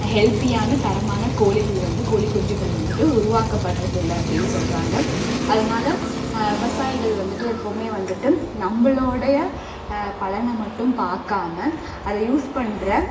ஹெல்த்தியான தரமான கோழிகள் வந்து கோழி குஞ்சுகள் வந்துட்டு உருவாக்கப்படுறதில்ல அப்படின்னு சொல்கிறாங்க அதனால் விவசாயிகள் வந்துட்டு எப்போவுமே வந்துட்டு நம்மளோடைய பலனை மட்டும் பார்க்காம அதை யூஸ் பண்ணுற